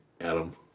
Adam